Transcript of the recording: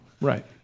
Right